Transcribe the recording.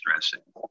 stressing